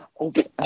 Okay